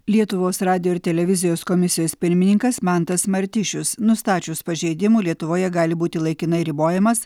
lietuvos radijo ir televizijos komisijos pirmininkas mantas martišius nustačius pažeidimų lietuvoje gali būti laikinai ribojamas